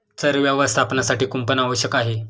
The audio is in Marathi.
चर व्यवस्थापनासाठी कुंपण आवश्यक आहे